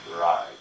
right